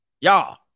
Y'all